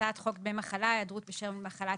הצעת חוק דמי מחלה (היעדרות בשל מחלת